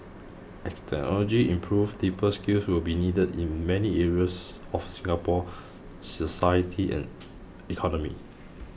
as technology improves deeper skills will be needed in many areas of Singapore's society and economy